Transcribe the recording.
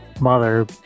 mother